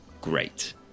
great